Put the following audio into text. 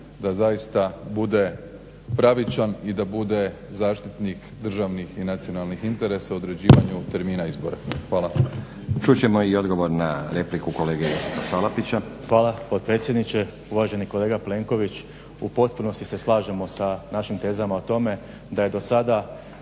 da zaista bude pravičan i da bude zaštitnik državnih i nacionalnih interesa u određivanju termina izbora. Hvala. **Stazić, Nenad (SDP)** Čut ćemo i odgovor na repliku kolege Josipa Salapića. **Salapić, Josip (HDSSB)** Hvala potpredsjedniče. Uvaženi kolega Plenković, u potpunosti se slažemo sa našim tezama o tome da je do sada